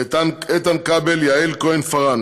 איתן כבל ויעל כהן-פארן,